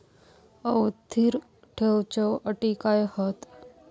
आवर्ती ठेव च्यो अटी काय हत?